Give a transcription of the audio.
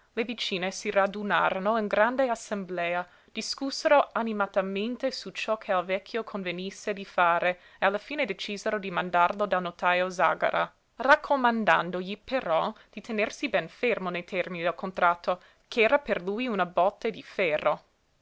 le vicine si radunarono in grande assemblea discussero animatamente su ciò che al vecchio convenisse di fare e alla fine decisero di mandarlo dal notajo zàgara raccomandandogli però di tenersi ben fermo nei termini del contratto ch'era per lui una botte di ferro